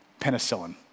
penicillin